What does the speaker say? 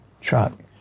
truck